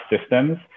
systems